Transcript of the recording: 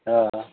हा हा